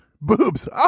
boobs